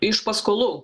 iš paskolų